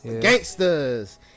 Gangsters